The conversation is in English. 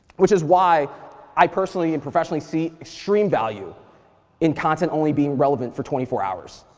which is why i personally and professionally see extreme value in content only being relevant for twenty four hours.